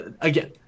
again